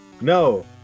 No